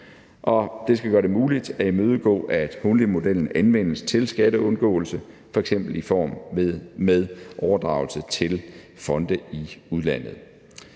det skal gøre det muligt at imødegå, at holdingmodellen anvendes til skatteundgåelse f.eks. i forbindelse med overdragelse til fonde i udlandet.